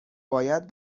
باید